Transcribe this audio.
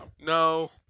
no